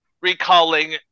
recalling